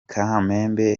kamembe